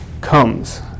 comes